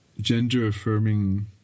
Gender-affirming